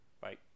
Bye